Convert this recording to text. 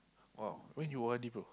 !wow! when you O_R_D bro